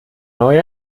neue